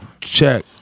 Check